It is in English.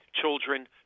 children